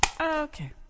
okay